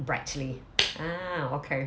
brightly ah okay